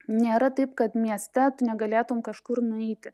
nėra taip kad mieste tu negalėtum kažkur nueiti